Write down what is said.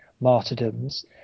martyrdoms